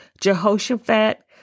Jehoshaphat